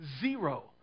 zero